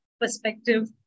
perspective